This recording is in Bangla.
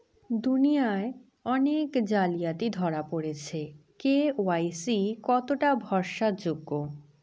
দুনিয়ায় অনেক জালিয়াতি ধরা পরেছে কে.ওয়াই.সি কতোটা ভরসা যোগ্য?